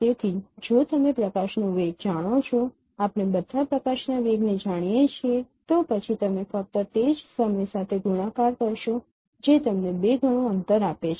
તેથી જો તમે પ્રકાશનો વેગ જાણો છો આપણે બધા પ્રકાશના વેગને જાણીએ છીએ તો પછી તમે ફક્ત તે જ સમય સાથે ગુણાકાર કરશો જે તમને બે ગણું અંતર આપે છે